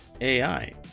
AI